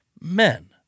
men